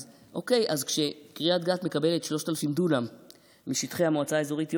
אז כשקריית גת מקבלת 3,000 דונם משטחי המועצה האזורית יואב,